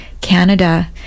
Canada